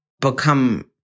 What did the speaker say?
become